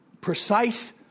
precise